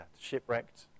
shipwrecked